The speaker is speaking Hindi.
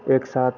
एक साथ